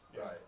Right